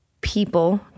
people